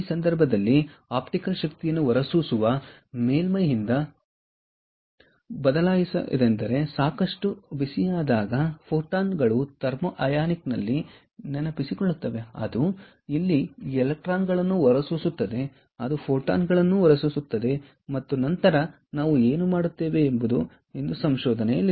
ಈ ಸಂದರ್ಭದಲ್ಲಿ ಆಪ್ಟಿಕಲ್ ಶಕ್ತಿಯನ್ನು ಹೊರಸೂಸುವ ಮೇಲ್ಮೈಯಿಂದ ಒದಗಿಸಲಾಗಿದೆಯೆಂದರೆ ಸಾಕಷ್ಟು ಬಿಸಿಯಾದಾಗ ಫೋಟಾನ್ಗಳು ಥರ್ಮೋ ಅಯಾನಿಕ್ನಲ್ಲಿ ನೆನಪಿಸಿ ಕೊಳ್ಳುತ್ತವೆ ಅದು ಇಲ್ಲಿ ಎಲೆಕ್ಟ್ರಾನ್ ಗಳನ್ನು ಹೊರಸೂಸುತ್ತದೆ ಅದು ಫೋಟಾನ್ಗಳನ್ನು ಹೊರಸೂಸುತ್ತದೆ ಮತ್ತು ನಂತರ ನಾವು ಏನು ಮಾಡುತ್ತೇವೆ ಎಂಬುದು ಇಂದು ಸಂಶೋಧನೆಯಲ್ಲಿದೆ